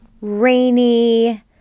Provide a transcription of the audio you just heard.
rainy